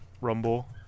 Rumble